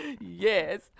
Yes